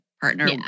partner